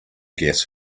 gas